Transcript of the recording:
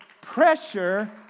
pressure